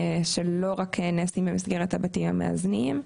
שלא רק נעשים במסגרת הבתים המאזנים.